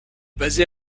basée